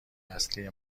اصلی